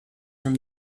from